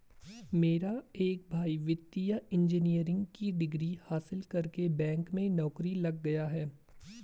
मेरा एक भाई वित्तीय इंजीनियरिंग की डिग्री हासिल करके बैंक में नौकरी लग गया है